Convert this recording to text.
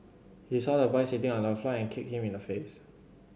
he saw the boy sitting on the floor and kicked him in the face